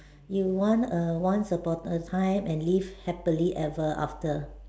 you want a once upon a time and live happily ever after